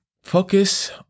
Focus